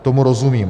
Tomu rozumím.